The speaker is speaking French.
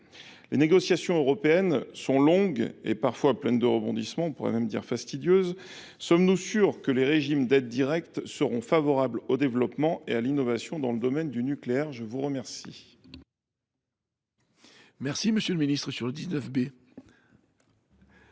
Les négociations européennes sont longues et parfois pleines de rebondissements – on pourrait même dire « fastidieuses ». Sommes nous sûrs que les régimes d’aides directes seront favorables au développement et à l’innovation dans le domaine du nucléaire ? La parole